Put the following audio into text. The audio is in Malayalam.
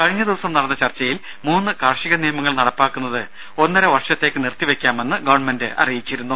കഴിഞ്ഞ ദിവസം നടന്ന ചർച്ചയിൽ മൂന്ന് കാർഷിക നിയമങ്ങൾ നടപ്പാക്കുന്നത് ഒന്നര വർഷത്തേക്ക് നിർത്തിവെയ്ക്കാമെന്ന് ഗവൺമെന്റ് അറിയിച്ചിരുന്നു